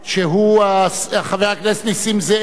חבר הכנסת נסים זאב,